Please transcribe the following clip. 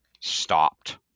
stopped